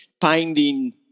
finding